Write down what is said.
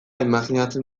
imajinatzen